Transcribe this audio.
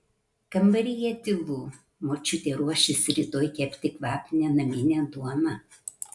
kambaryje tylu močiutė ruošiasi rytoj kepti kvapnią naminę duoną